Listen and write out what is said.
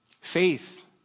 Faith